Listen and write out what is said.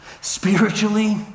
spiritually